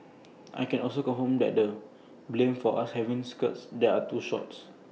I can also confirm that they blamed us for having skirts that are too short